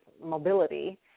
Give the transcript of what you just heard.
mobility